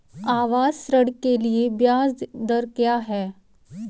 आवास ऋण के लिए ब्याज दर क्या हैं?